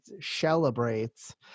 celebrates